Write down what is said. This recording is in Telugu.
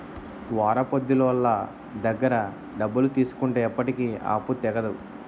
వారాపొడ్డీలోళ్ళ దగ్గర డబ్బులు తీసుకుంటే ఎప్పటికీ ఆ అప్పు తెగదు